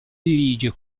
dirige